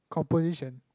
composition